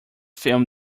film